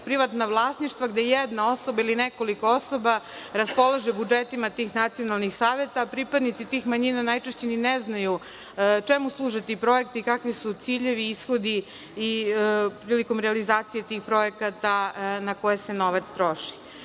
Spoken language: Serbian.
privatna vlasništva, gde jedna osoba ili nekoliko osoba raspolaže budžetima tih nacionalnih saveta, a pripadnici tih manjina najčešće ni ne znaju čemu služe ti projekti, kakvi su ciljevi i ishodi prilikom realizacije tih projekata na koje se novac troši.